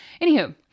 Anywho